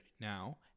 now